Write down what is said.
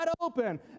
open